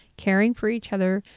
caring for each other,